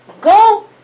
go